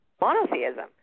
monotheism